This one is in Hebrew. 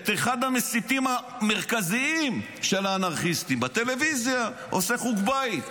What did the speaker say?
את אחד המסיתים המרכזיים של האנרכיסטים עושה חוג בית.